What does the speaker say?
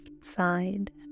side